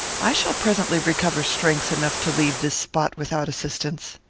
i shall presently recover strength enough to leave this spot without assistance.